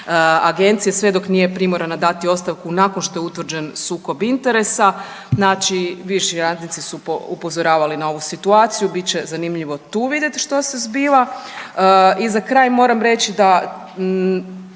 agencije sve dok nije primorana dati ostavku nakon što je utvrđen sukob interesa. Znači bivši radnici su upozoravali na ovu situaciju. Bit će zanimljivo tu vidjeti što se zbiva. I za kraj moram reći da